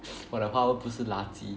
我的华文不是垃圾